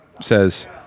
says